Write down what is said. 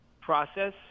process